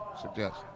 suggest